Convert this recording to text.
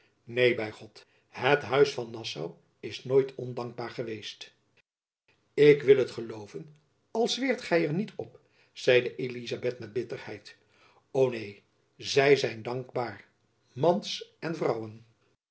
neen by god het huis van nassau is nooit ondankbaar geweest ik wil het gelooven al zweert gy er niet op zeide elizabeth met bitterheid o neen zy zijn dankbaar mans en vrouwen